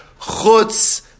chutz